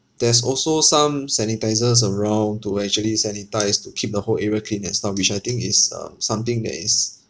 there's also some sanitisers around to actually sanitise to keep the whole area clean and stuff which I think is um something that is